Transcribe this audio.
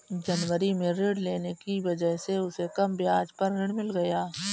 जनवरी में ऋण लेने की वजह से उसे कम ब्याज पर ऋण मिल गया